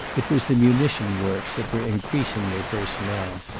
it was the munition works that were increasing their personnel.